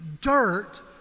dirt